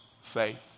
faith